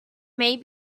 may